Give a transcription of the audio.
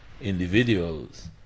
individuals